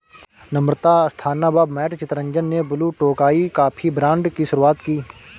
नम्रता अस्थाना व मैट चितरंजन ने Blue Tokai coffee brand की शुरुआत की